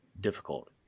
difficult